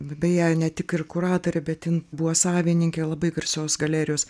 beje ne tik ir kuratoriai bet jin buvo savininkė labai garsios galerijos